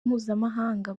mpuzamahanga